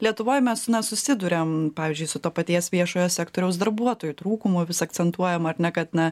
lietuvoj mes susiduriam pavyzdžiui su to paties viešojo sektoriaus darbuotojų trūkumu vis akcentuojam ar ne kad na